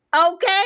Okay